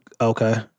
Okay